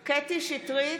אינו נוכח קטי קטרין שטרית,